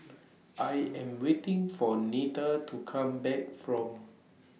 I Am waiting For Neta to Come Back from